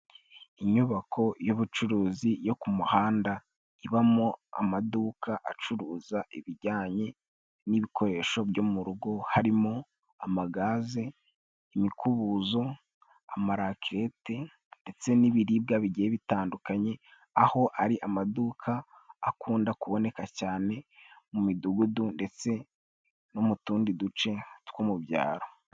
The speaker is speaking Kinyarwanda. Inyubako y'ubucuruzi yo ku muhanda, ibamo amaduka acuruza ibijanye n'ibikoresho byo mu rugo. Harimo amagaze, imikubuzo, amarakerete ndetse n'ibiribwa bigiye bitandukanye. Aho ari amaduka akunda kuboneka cyane mu midugudu ndetse no mu tundi duce two mu byaro.